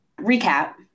recap